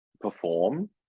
perform